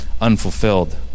unfulfilled